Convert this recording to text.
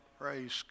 Praise